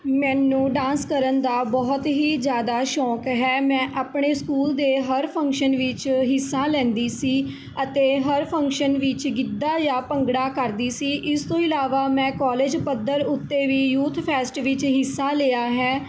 ਮੈਨੂੰ ਡਾਂਸ ਕਰਨ ਦਾ ਬਹੁਤ ਹੀ ਜ਼ਿਆਦਾ ਸ਼ੌਂਕ ਹੈ ਮੈਂ ਆਪਣੇ ਸਕੂਲ ਦੇ ਹਰ ਫੰਕਸ਼ਨ ਵਿੱਚ ਹਿੱਸਾ ਲੈਂਦੀ ਸੀ ਅਤੇ ਹਰ ਫੰਕਸ਼ਨ ਵਿੱਚ ਗਿੱਧਾ ਯਾ ਭੰਗੜਾ ਕਰਦੀ ਸੀ ਇਸ ਤੋਂ ਇਲਾਵਾ ਮੈਂ ਕੋਲਜ ਪੱਧਰ ਉੱਤੇ ਵੀ ਯੂਥ ਫੈਸਟ ਵਿੱਚ ਹਿੱਸਾ ਲਿਆ ਹੈ